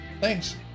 Thanks